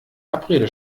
abrede